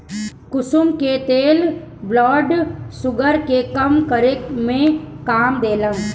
कुसुम के तेल blood sugar के कम करे में काम देला